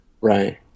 Right